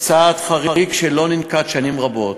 צעד חריג שלא ננקט שנים רבות,